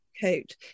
coat